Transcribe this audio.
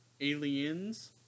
Aliens